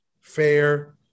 fair